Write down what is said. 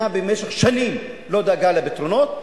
במשך שנים המדינה לא דאגה לפתרונות,